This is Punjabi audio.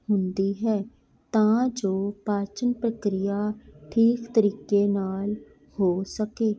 ਹੁੰਦੀ ਹੈ ਤਾਂ ਜੋ ਪਾਚਨ ਪ੍ਰਕਿਰਿਆ ਠੀਕ ਤਰੀਕੇ ਨਾਲ਼ ਹੋ ਸਕੇ